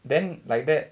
then like that